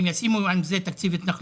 אתם מכירים את זה.